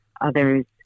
others